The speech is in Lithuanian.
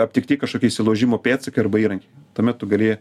aptikti kažkokie įsilaužimo pėdsakai arba įrankiai tuomet tu gali